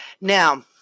Now